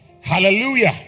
Hallelujah